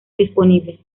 disponibles